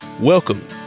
Welcome